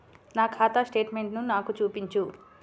నా ఖాతా స్టేట్మెంట్ను నాకు చూపించు